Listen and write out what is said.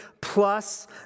plus